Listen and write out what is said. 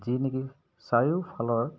যি নেকি চাৰিওফালৰ